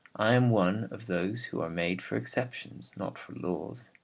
i am one of those who are made for exceptions, not for laws.